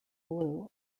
blue